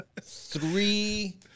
three